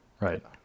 right